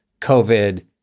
COVID